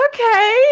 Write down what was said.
Okay